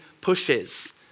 pushes